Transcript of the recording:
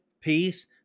peace